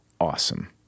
awesome